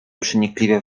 przenikliwie